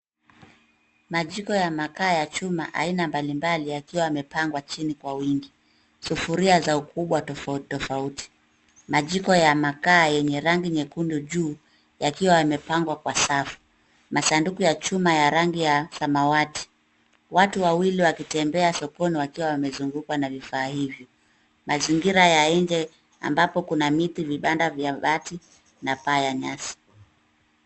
Majiko ya makaa ya chuma aina mbalimbali yakiwa amepangwa chini kwa wingi. Sufuria za ukubwa tofauti tofauti. Majiko ya makaa yenye rangi nyekundu juu, yakiwa yamepangwa kwa safu. Masanduku ya chuma ya rangi ya samawati. Watu wawili wakitembea sokoni wakiwa wamezungukwa na vifaa hivyo. Mazingira ya nje ambapo kuna miti, vibanda vya bati na paa ya nyasi.